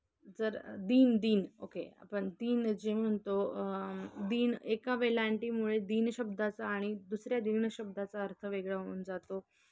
जर दीन दिन ओके आपण दीन जे म्हणतो दीन एका वेलांटीमुळे दीन शब्दाचा आणि दुसऱ्या दिन शब्दाचा अर्थ वेगळा होऊन जातो